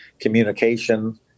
communication